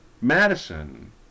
Madison